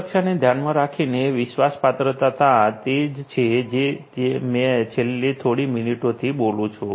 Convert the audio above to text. સુરક્ષાને ધ્યાનમાં રાખીને વિશ્વાસપાત્રતા તે જ છે કે જે હું છેલ્લી થોડી મિનિટોથી બોલું છું